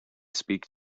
speak